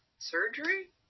surgery